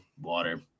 water